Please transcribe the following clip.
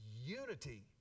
unity